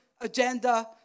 agenda